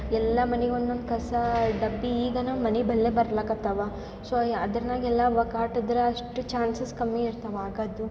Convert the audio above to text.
ಎಲ್ಲ ಮನೆಗ್ ಒಂದೊಂದು ಕಸ ಡಬ್ಬಿ ಈಗ ನಮ್ಮ ಮನೆ ಬಲ್ಲಗ ಬರಲಾಕತ್ತಾವಾ ಸೊ ಅದ್ರಾಗ್ ಎಲ್ಲ ವಕಾಟದ್ರೆ ಅಷ್ಟು ಚಾನ್ಸಸ್ ಕಮ್ಮಿ ಇರ್ತಾವೆ ಆಗದು